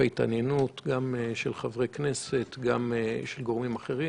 ההתעניינות גם של חברי הכנסת וגם של גורמים אחרים